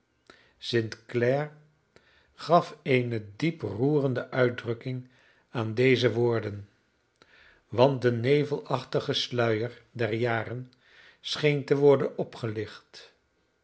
clare gaf eene diep roerende uitdrukking aan deze woorden want de nevelachtige sluier der jaren scheen te worden opgelicht